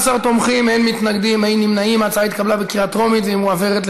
ההצעה להעביר את